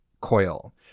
coil